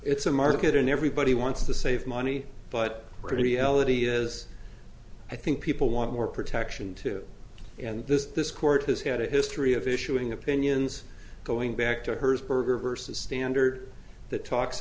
it's a market and everybody wants to save money but pretty l a t is i think people want more protection too and this this court has had a history of issuing opinions going back to her burger versus standard that talks